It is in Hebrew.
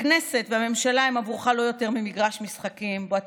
הכנסת והממשלה הם עבורך לא יותר ממגרש משחקים שבו אתה